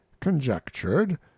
conjectured